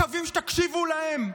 מקווים שתקשיבו להם?